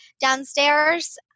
downstairs